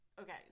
okay